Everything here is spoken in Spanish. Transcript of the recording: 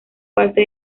parte